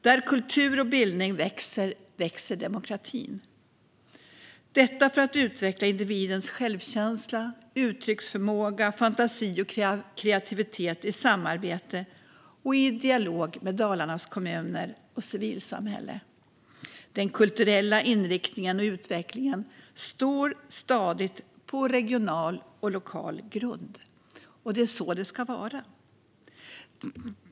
Där kultur och bildning växer, växer demokratin - detta för att utveckla individens självkänsla, uttrycksförmåga, fantasi och kreativitet i samarbete och i dialog med Dalarnas kommuner och civilsamhälle. Den kulturella inriktningen och utvecklingen står stadigt på regional och lokal grund, och det är så det ska vara.